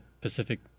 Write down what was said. Pacific